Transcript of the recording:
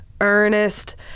earnest